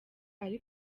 ari